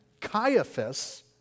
Caiaphas